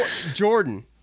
Jordan